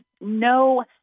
no